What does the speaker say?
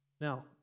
Now